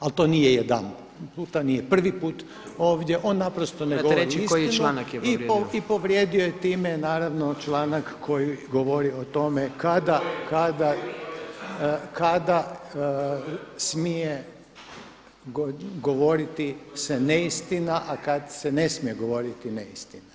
Ali to nije jedanput, nije prvi put ovdje, on naprosto ne govori istinu i povrijedio je time naravno članak koji govori o tome kada smije govoriti se neistina, a kad se ne smije govoriti neistina.